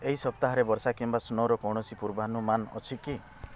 ଏହି ସପ୍ତାହରେ ବର୍ଷା କିମ୍ବା ସ୍ନୋ'ର କୌଣସି ପୂର୍ବାନୁମାନ ଅଛି କି